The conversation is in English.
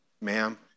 ma'am